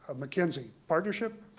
mckinsey partnership?